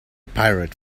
pirate